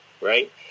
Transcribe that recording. right